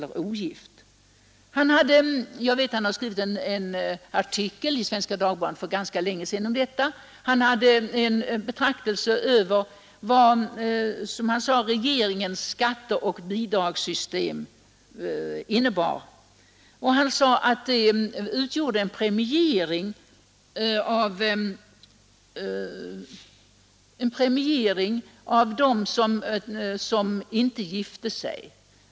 Jag vet att han har skrivit en artikel i Svenska Dagbladet för ganska länge sedan om detta. Han hade en betraktelse över som han sade vad regeringens skatteoch bidragssystem innebar. Han sade att det utgjorde en premiering av dem som inte gifte sig.